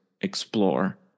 explore